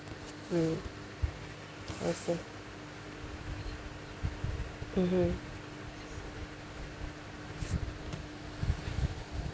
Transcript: mm okay mmhmm